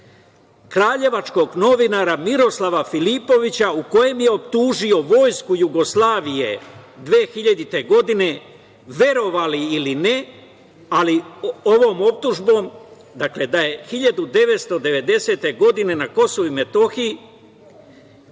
kraljevačkog novinara Miroslava Filipovića u kojem je optužio vojsku Jugoslavije 2000. godine, verovali ili ne, ali ovom optužbom, dakle da je 1990. godine na Kosovu i Metohiji